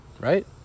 right